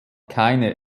keine